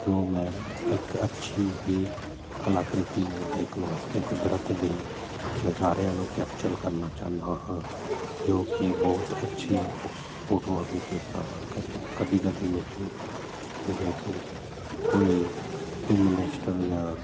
ਜੋ ਮੈਂ ਇੱਕ ਅੱਛੀ ਹੀ ਕਲਾਕਰਿਤੀ ਨੂੰ ਦੇਖਨ ਵਾਸਤੇ ਕੁਦਰਤ ਦੀ ਨਜ਼ਾਰਿਆਂ ਨੂੰ ਕੈਪਚਰ ਕਰਨਾ ਚਾਹੁੰਦਾ ਹਾਂ ਜੋ ਕਿ ਬਹੁਤ ਅੱਛੀ ਫੋਟੋਆਂ ਵੀ ਖਿੱਚਦਾ ਹਾਂ ਕਦੇ ਕਦੇ ਕਦੇ ਮੈਨੂੰ ਜਿਵੇਂ ਕਿ ਕੋਈ ਕੋਈ ਮਨਿਸਟਰ ਜਾਂ